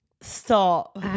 Stop